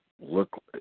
look